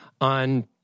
on